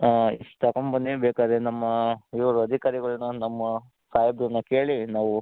ಹಾಂ ಇಷ್ಟು ತಗೊಂಬನ್ನಿ ಬೇಕಾದರೆ ನಮ್ಮ ಇವರು ಅಧಿಕಾರಿಗಳನ್ನು ನಮ್ಮ ಸಾಹೇಬರನ್ನು ಕೇಳಿ ನಾವು